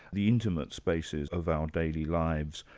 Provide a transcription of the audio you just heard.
the intimate spaces of our daily lives.